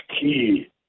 key